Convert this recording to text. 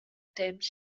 temps